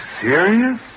serious